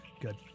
Good